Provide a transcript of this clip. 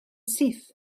syth